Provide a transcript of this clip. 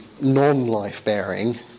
non-life-bearing